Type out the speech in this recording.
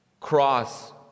cross